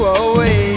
away